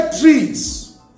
trees